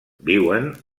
viuen